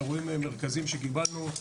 אירועים מרכזיים שקיבלנו,